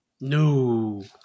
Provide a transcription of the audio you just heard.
No